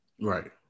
Right